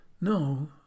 No